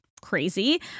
crazy